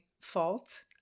fault